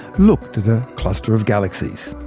looked at a cluster of galaxies.